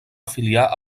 afiliar